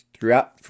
throughout